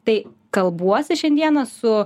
tai kalbuosi šiandieną su